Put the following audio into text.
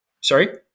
Sorry